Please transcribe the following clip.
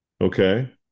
Okay